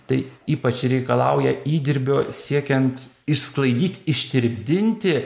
tai ypač reikalauja įdirbio siekiant išsklaidyt ištirpdyti